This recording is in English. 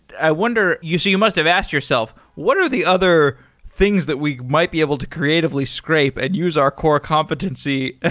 i wonder so you must have asked yourself. what are the other things that we might be able to creatively scrape and use our core competency?